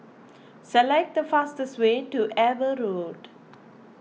select the fastest way to Eber Road